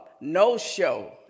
no-show